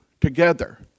together